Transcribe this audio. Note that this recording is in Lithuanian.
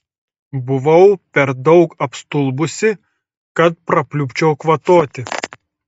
buvau per daug apstulbusi kad prapliupčiau kvatoti